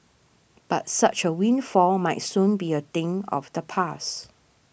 but such a windfall might soon be a thing of the past